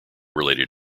related